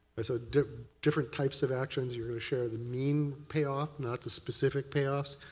so different types of actions, you share the mean payoff, not the specific payoffs,